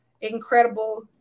incredible